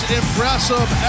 impressive